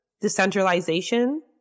decentralization